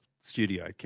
studio